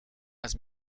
las